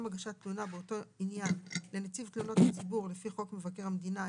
הגשת תלונה באותו עניין לנציב תלונות הציבור לפי חוק מבקר המדינה,